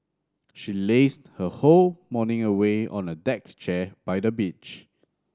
she lazed her whole morning away on a deck chair by the beach